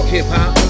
Hip-Hop